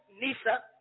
Nisa